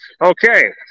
Okay